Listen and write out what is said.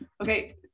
okay